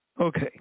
Okay